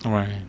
alright